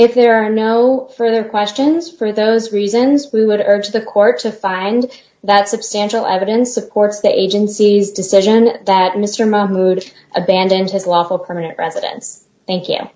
if there are no further questions for those reasons we would urge the court to find that substantial evidence supports the agency's decision that mr mahmood abandoned his lawful permanent residence thank you